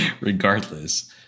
regardless